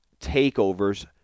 takeovers